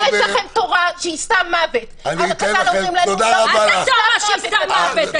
יש לכם תורה שהיא סם מוות --- מה זה תורה שהיא סם מוות?